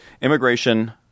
Immigration